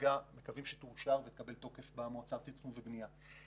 מקווים שהיא תאושר ותקבל תוקף במועצה הארצית לתכנון ובנייה.